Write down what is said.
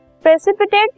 Precipitate